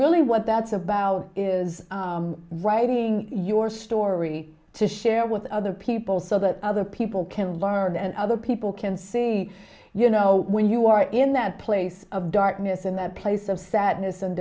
really what that's about is writing your story to share with other people so that other people can learn and other people can see you know when you are in that place of darkness in that place of sadness and